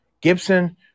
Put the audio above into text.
Gibson